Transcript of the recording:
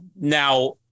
Now